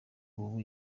ubu